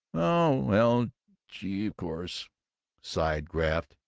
oh well gee of course sighed graff,